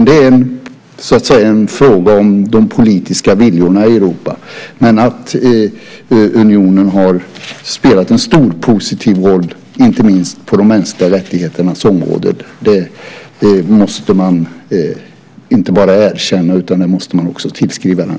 Det är fråga om de politiska viljorna i Europa. Men att unionen har spelat en stor, positiv roll, inte minst på de mänskliga rättigheternas område, det måste man inte bara erkänna, utan det måste man också tydligt tillskriva den.